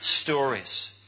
stories